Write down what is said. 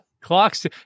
Clocks